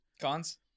Cons